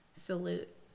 salute